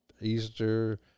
Easter